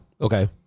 okay